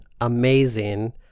amazing